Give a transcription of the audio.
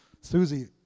Susie